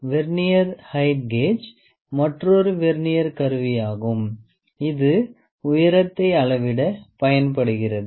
vernier height gauge மற்றொரு vernier கருவியாகும் இது உயரத்தை அளவிட பயன்படுகிறது